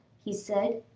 he said,